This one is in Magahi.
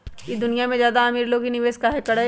ई दुनिया में ज्यादा अमीर लोग ही निवेस काहे करई?